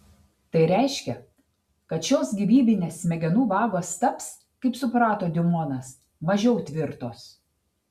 tai reiškia kad šios gyvybinės smegenų vagos taps kaip suprato diumonas mažiau tvirtos